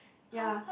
ya